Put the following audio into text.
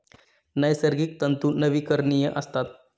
नैसर्गिक तंतू नवीकरणीय असतात